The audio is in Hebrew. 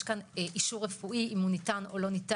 יש כאן אישור רפואי, אם ניתן או לא.